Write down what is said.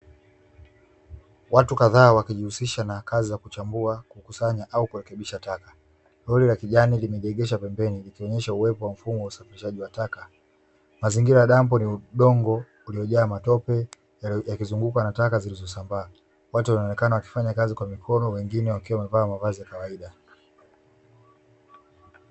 Watu kadhaa wakijihusisha na kazi za kuchambua, kukusanya au kurekebisha taka, roli la kijani limejiegesha pembeni likionyesha uwepo wa mfumo wa usafirishaji wa taka, mazingira ya dampo ni udongo uliojaa matope ukizingukwa na taka zilizosambaa watu wanaonekana wakifanya kazi kwa mikono wengine wakiwa wamevaa mavazi ya kawaida.